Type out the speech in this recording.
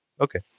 Okay